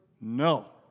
No